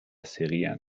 serían